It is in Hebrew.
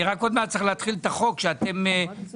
אני רק עוד מעט צריך להתחיל את החוק שאתם מבקשים אותו.